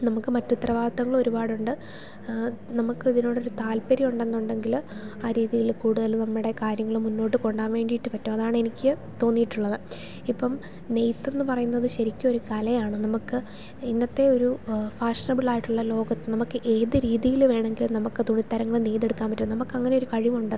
നമുക്ക് മറ്റു ഉത്തരവാദിത്തങ്ങൾ ഒരുപാട് ഉണ്ട് നമുക്ക് ഇതിനോട് ഒരു താല്പര്യം ഉണ്ടെന്നുണ്ടെങ്കിൽ ആ രീതിയിൽ കൂടുതൽ നമ്മുടെ കാര്യങ്ങൾ മുന്നോട്ടു കൊണ്ടാൻ വേണ്ടിയി ട്ട് പറ്റും അതാണ് എനിക്ക് തോന്നിയിട്ടുള്ളത് ഇപ്പം നെയ്ത്തെന്നു പറയുന്നത് ശരിക്ക് ഒരു കലയാണ് നമുക്ക് ഇന്നത്തെ ഒരു ഫാഷണബിൾ ആയിട്ടുള്ള ലോകത്ത് നമുക്ക് ഏത് രീതിയിൽ വേണമെങ്കിൽ നമുക്ക് തുണിത്തരങ്ങൾ നെയ്തു എടുക്കാൻ പറ്റും നമുക്ക് അങ്ങനെ ഒരു കഴിവുണ്ട്